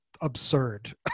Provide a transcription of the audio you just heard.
absurd